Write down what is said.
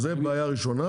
זו בעיה ראשונה.